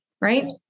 right